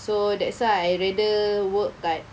so that's why I rather work kat